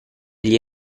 gli